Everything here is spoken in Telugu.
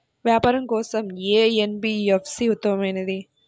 వ్యాపారం కోసం ఏ ఎన్.బీ.ఎఫ్.సి ఉత్తమమైనది?